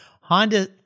Honda